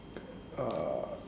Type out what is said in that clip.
uh